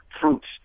fruits